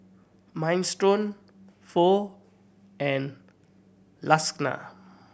Minestrone Pho and Lasagna